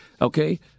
Okay